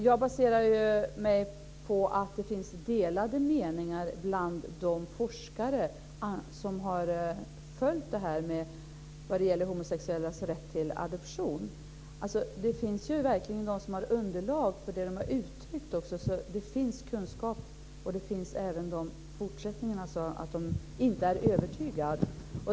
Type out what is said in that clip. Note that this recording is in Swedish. Jag baserar mig på att det finns delade meningar bland de forskare som har följt frågan om homosexuellas rätt till adoption. Det finns ju verkligen de som har underlag för det som de har uttryckt, och det finns kunskap även hos dem som inte är övertygade.